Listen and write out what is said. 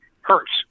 hurts